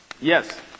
Yes